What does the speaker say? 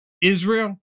Israel